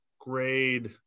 grade